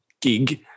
gig